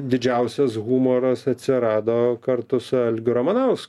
didžiausias humoras atsirado kartu su algiu ramanaus